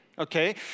okay